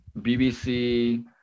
BBC